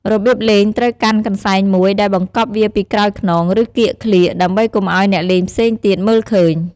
របៀបលេងត្រូវកាន់កន្សែងមួយ ដោយបង្កប់វាពីក្រោយខ្នង ឬកៀកក្លៀក ដើម្បីកុំឱ្យអ្នកលេងផ្សេងទៀតមើលឃើញ។